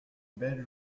belle